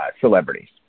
celebrities